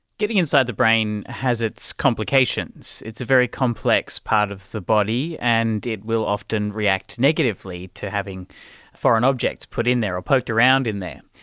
getting inside the brain has its complications. it's a very complex part of the body, and it will often react negatively to having foreign objects put in there or poked around in there.